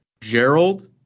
Gerald